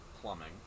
plumbing